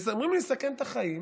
אומרים לי לסכן את החיים,